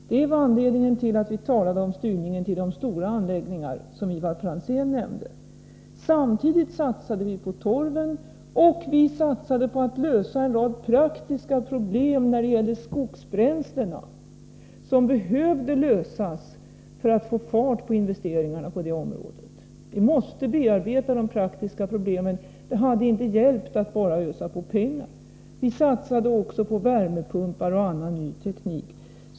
Det var anledningen till att vi talade om styrning till stora anläggningar, Ivar Franzén. Samtidigt satsade vi på torven. Vidare satsade vi på att lösa en rad praktiska problem när det gällde skogsbränslena. De problemen behövde lösas för att vi skulle få fart på investeringarna på det området. Vi var tvungna att bearbeta de praktiska problemen. Det hade inte hjälpt att bara ösa på med pengar. Vi satsade också på värmepumpar och annan ny teknik.